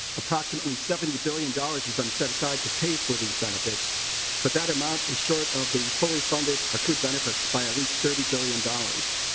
approximately seventy billion dollars has been set aside to pay for these benefits but that amount short of the fully funded recruit benefits by at least thirty billion dollars.